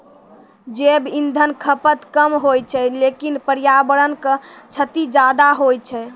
जैव इंधन खपत कम होय छै लेकिन पर्यावरण क क्षति ज्यादा होय छै